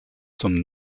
some